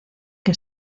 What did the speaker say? que